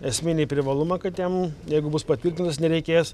esminį privalumą kad jam jeigu bus patvirtintas nereikės